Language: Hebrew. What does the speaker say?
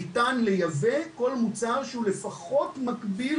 ניתן לייבא כל מוצר שהוא לפחות מקביל